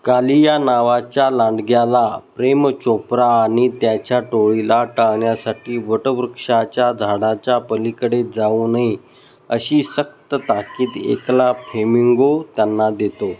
कालिया नावाच्या लांडग्याला प्रेम चोप्रा आणि त्याच्या टोळीला टाळण्यासाठी वटवृक्षाच्या झाडाच्या पलीकडे जाऊ नये अशी सक्त ताकीत एक फेमिंगो त्यांना देतो